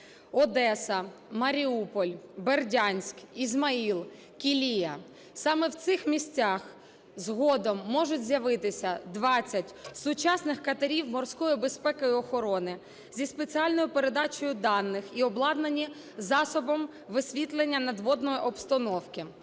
Одеса, Маріуполь, Бердянськ, Ізмаїл, Кілія – саме в цих містах згодом можуть з'явитися 20 сучасних катерів морської безпеки і охорони зі спеціальною передачею даних і обладнані засобом висвітлення надводної обстановки